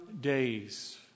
days